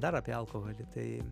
dar apie alkoholį tai